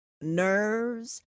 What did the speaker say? NERVES